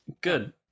Good